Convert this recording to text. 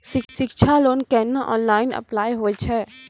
शिक्षा लोन केना online apply होय छै?